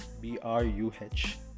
B-R-U-H